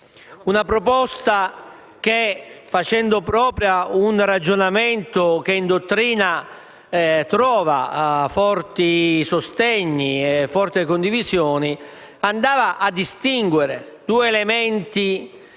una proposta che, facendo proprio un ragionamento che in dottrina trova forti sostegni e condivisioni, andava a distinguere due elementi,